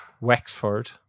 Wexford